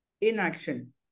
inaction